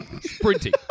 Sprinting